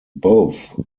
both